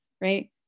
right